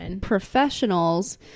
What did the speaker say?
professionals